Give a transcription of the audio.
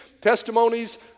testimonies